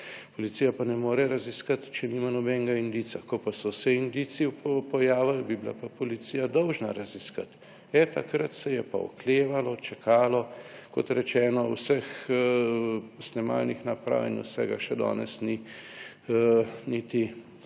Policija pa ne more raziskati, če nima nobenega indica, ko pa so se indici pojavili, bi bila pa policija dolžna raziskati, takrat se je pa oklevalo, čakalo. Kot rečeno, vseh snemalnih naprav in vsega še danes ni niti